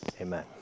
amen